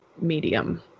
medium